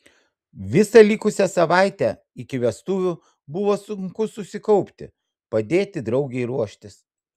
visą likusią savaitę iki vestuvių buvo sunku susikaupti padėti draugei ruoštis